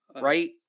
Right